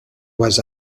was